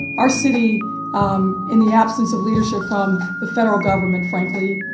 our city um in the absence of leadership from the federal government, frankly,